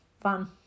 fun